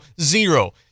zero